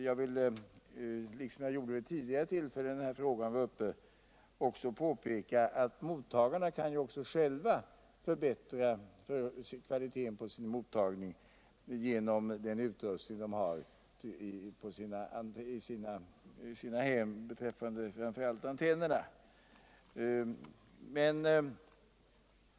Jag vill, liksom jag gjort vid tidigare tillfälle när frågan var uppe, påpeka att lyssnarna själva också kan förbättra kvaliteten på sin mottagning genom den utrustning de har i sina hem beträffande framför allt antennerna.